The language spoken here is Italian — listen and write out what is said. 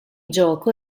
gioco